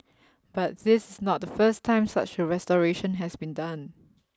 but this is not the first time such a restoration has been done